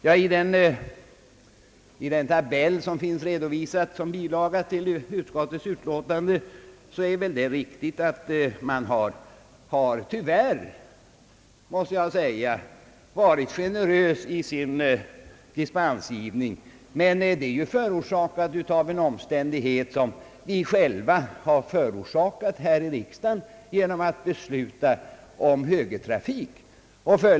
Ja, i den tabell, som finns redovisad som bilaga till utskottets utlåtande, verkar det tyvärr, måste jag säga, som om man varit generös i sin dispensgivning på denna punkt. Men detta föran leds av en omständighet, som vi själva förorsakat här i riksdagen genom att besluta om högertrafik.